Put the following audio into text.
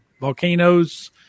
Volcanoes